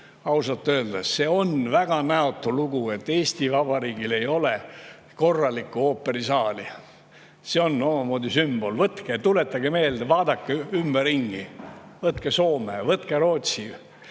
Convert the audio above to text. ausalt öeldes väga näotu lugu, et Eesti Vabariigil ei ole korralikku ooperisaali. See on omamoodi sümbol. Tuletage meelde, vaadake ümberringi, võtke Soome või Rootsi,